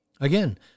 Again